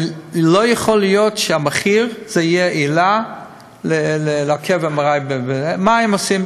אבל לא יכול להיות שהמחיר יהיה עילה לעכב בדיקת MRI. מה הם עושים?